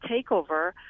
takeover